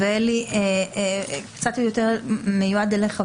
אלי, הדברים מיועדים קצת יותר אליך.